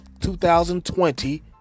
2020